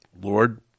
Lord